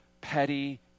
petty